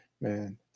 Man